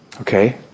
Okay